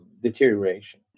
deterioration